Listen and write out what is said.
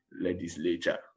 legislature